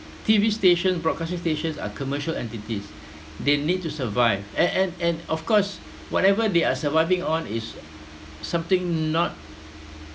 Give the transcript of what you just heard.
T_V station broadcasting stations are commercial entities they need to survive and and and of course whatever they are surviving on is something not